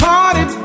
Party